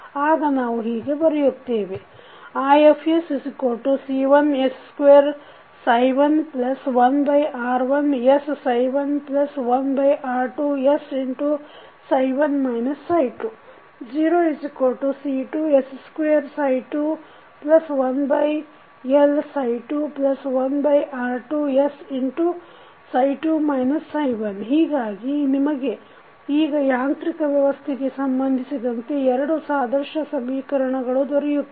ಆಗ ನಾವು ಹೀಗೆ ಬರೆಯುತ್ತೇವೆ IsC1s211R1s11R2s 0C2s221L21R2s ಹೀಗಾಗಿ ನಿಮಗೆ ಈಗ ಯಾಂತ್ರಿಕ ವ್ಯವಸ್ಥೆಗೆ ಸಂಬಂಧಿಸಿದಂತೆ ಎರಡು ಸಾದೃಶ್ಯ ಸಮೀಕರಣಗಳು ದೊರೆಯುತ್ತವೆ